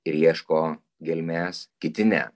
ir ieško gelmės kiti ne